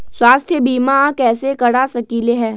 स्वाथ्य बीमा कैसे करा सकीले है?